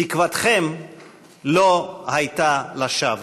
תקוותכם לא הייתה לשווא.